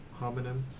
homonym